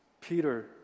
Peter